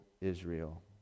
Israel